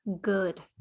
good